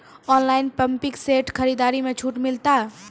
Online pumping set खरीदारी मे छूट मिलता?